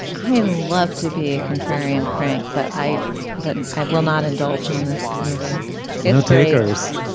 i love to be a contrarian crank but i but and i will not indulge on this movie any takers